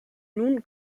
nun